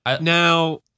Now